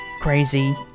crazy